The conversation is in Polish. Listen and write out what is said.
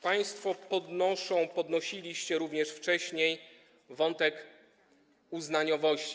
Państwo podnoszą, podnosiliście również wcześniej wątek uznaniowości.